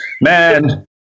Man